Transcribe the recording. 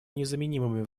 незаменимыми